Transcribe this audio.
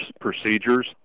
procedures